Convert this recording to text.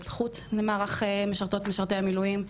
זכות למערך משרתות ומשרתי המילואים,